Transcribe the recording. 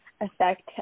affect